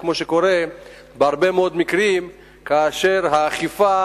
כמו שקורה בהרבה מאוד מקרים כאשר האכיפה